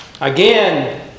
Again